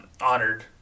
honored